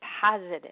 positive